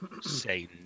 say